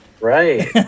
Right